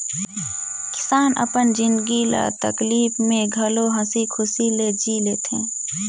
किसान अपन जिनगी ल तकलीप में घलो हंसी खुशी ले जि ले थें